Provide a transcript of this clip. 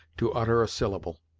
to utter a syllable.